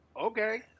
Okay